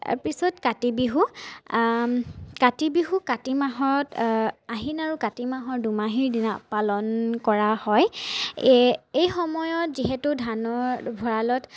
তাৰপিছত কাতি বিহু কাতি বিহু কাতি মাহত আহিন আৰু কাতি মাহৰ দোমাহীৰ দিনা পালন কৰা হয় এই সময়ত যিহেতু ধানৰ ভঁৰালত